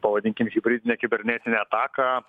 pavadinkim hibridinę kibernetinę ataką